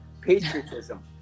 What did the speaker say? patriotism